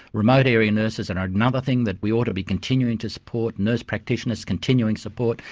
remote area nurses and are another thing that we ought to be continuing to support, nurse practitioners, continuing support,